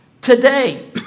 today